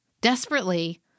desperately